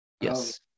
Yes